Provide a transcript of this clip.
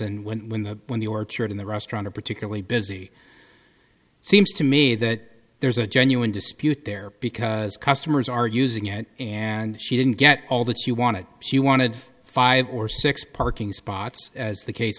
and when when the when the orchard in the restaurant or particularly busy seems to me that there's a genuine dispute there because customers are using it and she didn't get all that she wanted she wanted five or six parking spots as the case